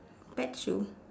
pet show